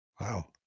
Wow